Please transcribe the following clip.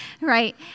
Right